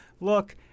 look